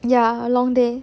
ya along there